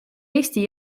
eesti